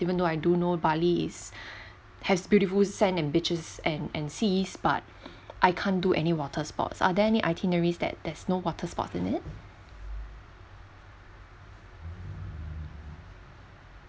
even though I do know bali is has beautiful sand and beaches and and seas but I can't do any water sports are there any itineraries that there's no water sports in it